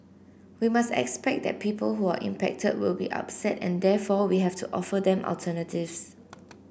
we must expect that people who are impacted will be upset and therefore we have to offer them alternatives